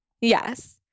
Yes